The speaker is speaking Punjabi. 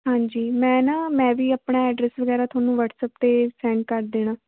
ਹਾਂਜੀ ਮੈਂ ਨਾ ਮੈਂ ਵੀ ਆਪਣਾ ਐਡਰੈਸ ਵਗੈਰਾ ਤੁਹਾਨੂੰ ਵੱਅਟਸਅੱਪ 'ਤੇ ਸੈਂਡ ਕਰ ਦਿੰਦੀ ਹਾਂ